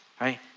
right